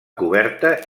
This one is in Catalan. coberta